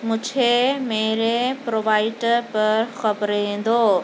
مجھے میرے پرووائٹر پر خبریں دو